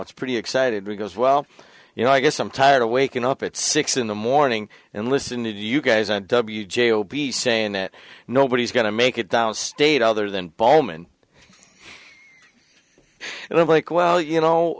it's pretty excited because well you know i guess i'm tired of waking up at six in the morning and listen to you guys and w j o b saying that nobody's going to make it down state other than bowman and like well you know